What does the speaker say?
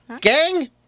gang